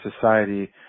society